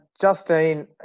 Justine